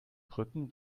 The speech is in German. brücken